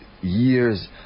years